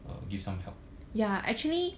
uh give some help